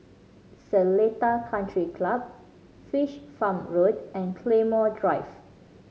Seletar Country Club Fish Farm Road and Claymore Drive